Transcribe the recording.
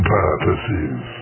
purposes